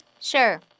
Sure